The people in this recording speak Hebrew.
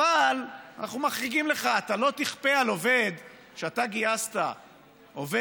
אבל אנחנו מחריגים לך: אתה לא תכפה על עובד שאתה גייסת לעבודה,